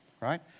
right